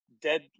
dead